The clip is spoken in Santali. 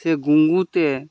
ᱥᱮ ᱜᱩᱝᱜᱩ ᱛᱮ